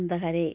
अन्तखेरि